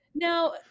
now